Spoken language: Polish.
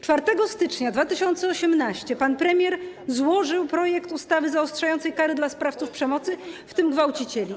4 stycznia 2018 r. pan premier złożył projekt ustawy zaostrzającej kary dla sprawców przemocy, w tym gwałcicieli.